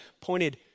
pointed